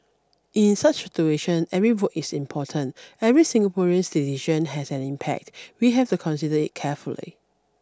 in such a situation every vote is important every Singaporean's decision has an impact we have to consider it carefully